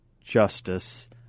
justice